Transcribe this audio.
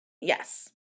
yes